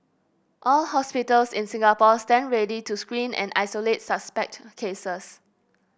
all hospitals in Singapore stand ready to screen and isolate suspect cases